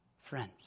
Friends